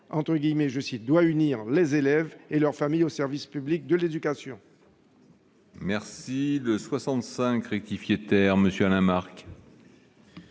« doit unir » les élèves et leur famille au service public de l'éducation.